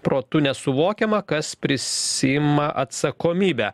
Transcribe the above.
protu nesuvokiama kas prisiima atsakomybę